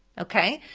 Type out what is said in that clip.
okay?